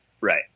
right